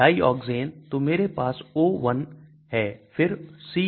Dioxane तो मेरे पास O1 है फिर CCOCC1